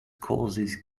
causes